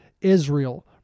Israel